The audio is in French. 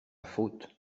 faute